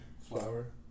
flour